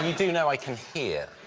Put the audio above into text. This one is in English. do know i can hear?